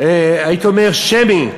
הייתי אומר, שמי,